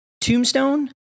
Tombstone